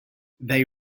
they